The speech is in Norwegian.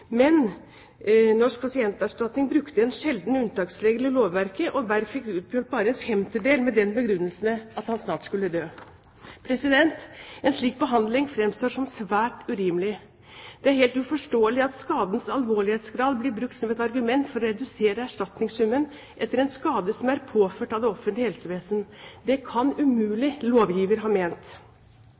men NPE brukte en sjelden unntaksregel i lovverket, og Berg fikk utbetalt bare en femtedel med den begrunnelse at han snart skulle dø. En slik behandling fremstår som svært urimelig. Det er helt uforståelig at skadens alvorlighetsgrad blir brukt som et argument for å redusere erstatningssummen etter en skade som er påført av det offentlige helsevesen. Det kan umulig lovgiver ha ment.